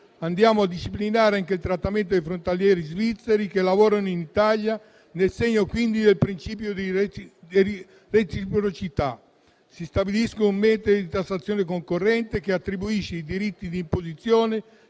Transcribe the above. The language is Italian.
andiamo a disciplinare anche il trattamento dei frontalieri svizzeri che lavorano in Italia, nel segno quindi del principio di reciprocità. Si stabilisce un meccanismo di tassazione concorrente, che attribuisce i diritti di imposizione